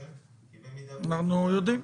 כי אם --- אנחנו יודעים.